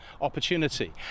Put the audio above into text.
opportunity